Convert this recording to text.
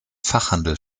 fachhandel